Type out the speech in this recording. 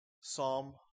Psalm